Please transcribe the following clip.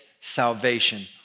salvation